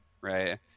right